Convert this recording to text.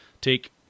Take